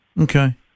Okay